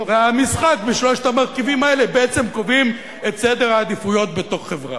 והמשחק בשלושת המרכיבים האלה בעצם קובע את סדר העדיפויות בתוך חברה.